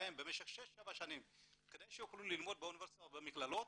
בהם במשך שש או שבע שנים כדי שיוכלו ללמוד באוניברסיטה או במכללות,